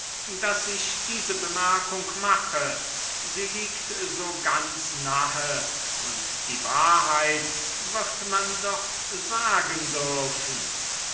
daß ich diese bemerkung mache sie liegt so ganz nahe und die wahrheit wird man doch sagen dürfen